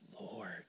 Lord